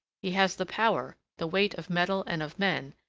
he has the power, the weight of metal and of men,